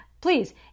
please